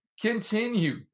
Continue